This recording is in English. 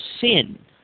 sin